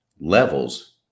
levels